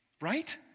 Right